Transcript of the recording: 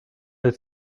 that